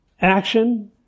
Action